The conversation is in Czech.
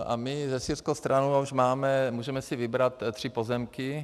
A my se syrskou stranou už máme, můžeme si vybrat tři pozemky.